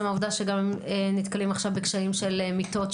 העובדה שגם נתקלים עכשיו בקשיים של מיטות,